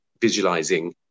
visualizing